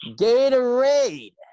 Gatorade